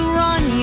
run